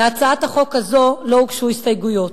להצעת החוק הזאת לא הוגשו הסתייגויות.